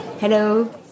Hello